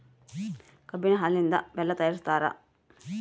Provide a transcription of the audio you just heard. ಕಬ್ಬಿನ ಹಾಲಿನಿಂದ ಬೆಲ್ಲ ತಯಾರಿಸ್ತಾರ